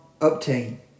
obtain